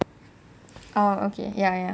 oh okay ya ya